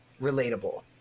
relatable